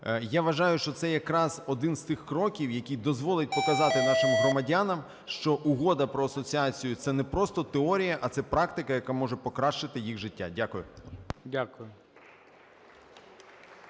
Я вважаю, що це якраз один з тих кроків, який дозволить показати нашим громадянам, що Угода про асоціацію – це не просто теорія, а це практика, яка може покращити їх життя. Дякую.